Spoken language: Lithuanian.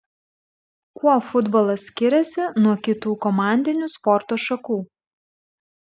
kuo futbolas skiriasi nuo kitų komandinių sporto šakų